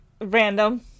random